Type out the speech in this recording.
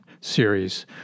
series